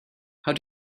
how